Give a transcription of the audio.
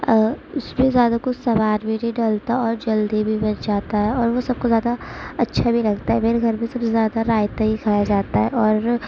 اس میں زیادہ کچھ سامان بھی نہیں ڈلتا اور جلدی بھی بن جاتا ہے اور وہ سب کو زیادہ بھی اچھا لگتا ہے میرے گھر میں سب سے زیادہ رائتہ ہی کھایا جاتا ہے اور